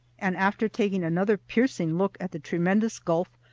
and after taking another piercing look at the tremendous gulf,